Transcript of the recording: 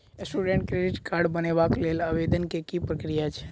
Student credit card बनेबाक लेल आवेदन केँ की प्रक्रिया छै?